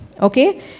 Okay